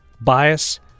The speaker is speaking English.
bias